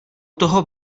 toho